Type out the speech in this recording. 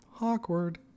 awkward